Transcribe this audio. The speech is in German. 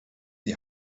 die